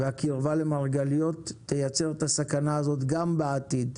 והקרבה למרגליות תייצר את הסכנה הזאת גם בעתיד.